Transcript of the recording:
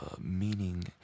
meaning